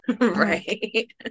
Right